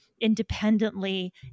independently